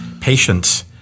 patience